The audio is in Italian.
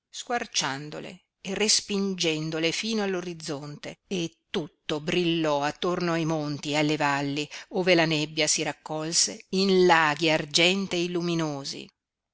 nubi squarciandole e respingendole fino all'orizzonte e tutto brillò attorno ai monti e alle valli ove la nebbia si raccolse in laghi argentei luminosi